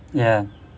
ya